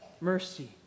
mercy